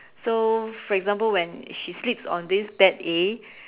so for example when she sleeps on this bed A